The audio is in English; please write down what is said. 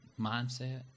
mindset